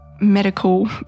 medical